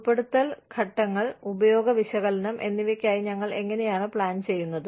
ഉൾപ്പെടുത്തൽ ഘട്ടങ്ങൾ ഉപയോഗ വിശകലനം എന്നിവയ്ക്കായി ഞങ്ങൾ എങ്ങനെയാണ് പ്ലാൻ ചെയ്യുന്നത്